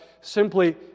simply